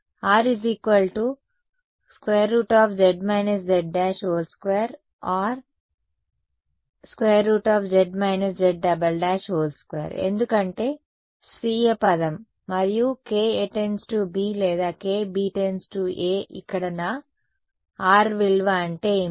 R z z2 or z z2 ఎందుకంటే స్వీయ పదం మరియు KA→B లేదా KB→A ఇక్కడ నా R అంటే ఏమిటి